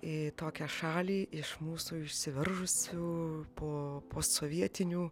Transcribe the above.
į tokią šalį iš mūsų išsiveržusių po posovietinių